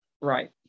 Right